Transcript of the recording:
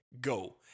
go